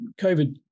COVID